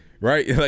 right